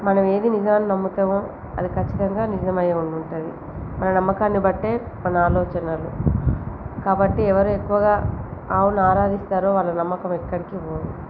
మనం ఏది నిజమని నమ్ముతామో అది ఖచ్చితంగా నిజమై ఉంటుంది మన నమ్మకాన్ని బట్టే మన ఆలోచనలు కాబట్టి ఎవరు ఎక్కువగా ఆవును ఆరాధిస్తారో వాళ్ళ నమ్మకం ఎక్కడికి పోవు